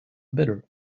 bitter